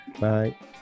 Bye